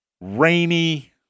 rainy